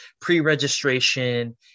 pre-registration